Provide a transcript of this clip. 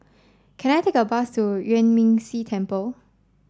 can I take a bus to Yuan Ming Si Temple